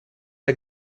der